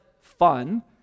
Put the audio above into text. fun